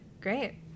great